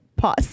Pause